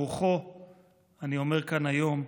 ברוחו אני אומר כאן היום,